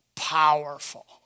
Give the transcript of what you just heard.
powerful